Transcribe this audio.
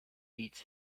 beats